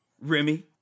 Remy